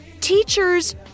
Teachers